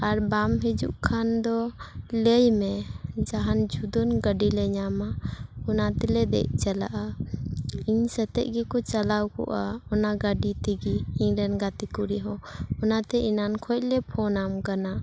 ᱟᱨ ᱵᱟᱢ ᱦᱤᱡᱩᱜ ᱠᱷᱟᱱ ᱫᱚ ᱞᱟᱹᱭ ᱢᱮ ᱡᱟᱦᱟᱱ ᱡᱩᱫᱟᱹᱱ ᱜᱟᱹᱰᱤ ᱞᱮ ᱧᱟᱢᱟ ᱚᱱᱟ ᱛᱮᱞᱮ ᱫᱮᱡ ᱪᱟᱞᱟᱜᱼᱟ ᱤᱧ ᱥᱟᱛᱮᱫ ᱜᱮᱠᱚ ᱪᱟᱞᱟᱣ ᱠᱚᱜᱼᱟ ᱚᱱᱟ ᱜᱟᱹᱰᱤ ᱛᱮᱜᱤ ᱤᱧ ᱨᱮᱱ ᱜᱟᱛᱮ ᱠᱩᱲᱤ ᱦᱚᱸ ᱚᱱᱟᱛᱮ ᱮᱱᱟᱱ ᱠᱷᱚᱡ ᱞᱮ ᱯᱷᱳᱱᱟᱢ ᱠᱟᱱᱟ